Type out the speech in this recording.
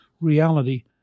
reality